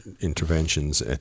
interventions